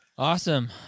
Awesome